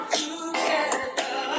together